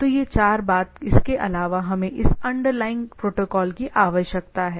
तो यह चार बात इसके अलावा हमें उस अंडरलाइनग प्रोटोकॉल की आवश्यकता है